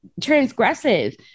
transgressive